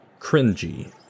cringy